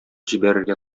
җибәрергә